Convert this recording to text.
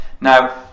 Now